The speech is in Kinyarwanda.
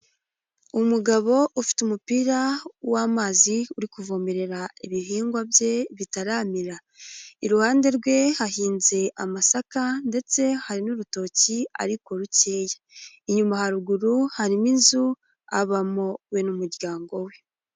Umugabo ufite umupira w'amazi, uri kuvomerera ibihingwa bye bitaramira, iruhande rwe hahinze amasaka ndetse hari n'urutoki ariko rukeya, inyuma haruguru harimo inzu abamo we n'umuryango we.